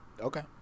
okay